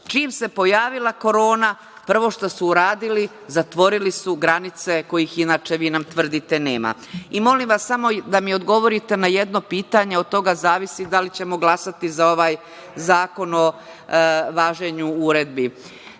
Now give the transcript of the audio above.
Čim se pojavila korona, prvo što su uradili, zatvorili su granice, kojih inače, vi nam tvrdite, nema. Molim vas samo da mi odgovorite na jedno pitanje. Od toga zavisi da li ćemo glasati za ovaj Zakon o važenju uredbi. Vi